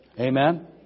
Amen